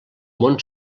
món